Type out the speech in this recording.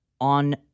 on